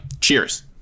cheers